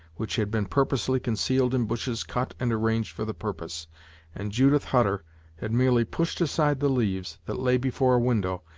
which had been purposely concealed in bushes cut and arranged for the purpose and judith hutter had merely pushed aside the leaves that lay before a window,